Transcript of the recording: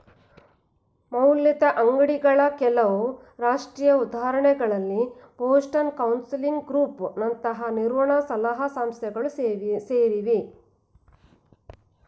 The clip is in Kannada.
ಮೌಲ್ಯದ ಅಂಗ್ಡಿಗಳ ಕೆಲವು ಶಾಸ್ತ್ರೀಯ ಉದಾಹರಣೆಗಳಲ್ಲಿ ಬೋಸ್ಟನ್ ಕನ್ಸಲ್ಟಿಂಗ್ ಗ್ರೂಪ್ ನಂತಹ ನಿರ್ವಹಣ ಸಲಹಾ ಸಂಸ್ಥೆಗಳು ಸೇರಿವೆ